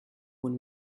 when